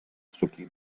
strictly